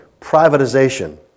privatization